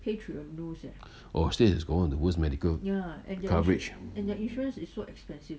oh States got one of the worst medical coverage